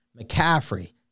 McCaffrey